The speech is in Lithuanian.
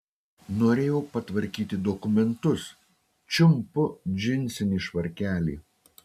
norėjau patvarkyti dokumentus čiumpu džinsinį švarkelį